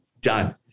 done